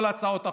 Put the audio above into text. כל הצעות החוק,